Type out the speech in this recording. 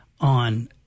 on